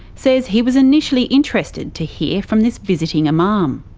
says he was initially interested to hear from this visiting um um